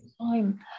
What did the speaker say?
time